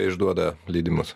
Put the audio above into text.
išduoda leidimus